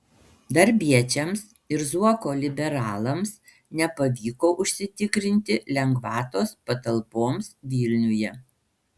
darbiečiams ir zuoko liberalams nepavyko užsitikrinti lengvatos patalpoms vilniuje